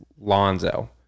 Lonzo